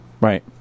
right